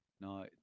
no